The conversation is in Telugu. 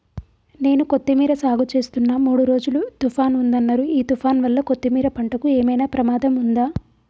నేను కొత్తిమీర సాగుచేస్తున్న మూడు రోజులు తుఫాన్ ఉందన్నరు ఈ తుఫాన్ వల్ల కొత్తిమీర పంటకు ఏమైనా ప్రమాదం ఉందా?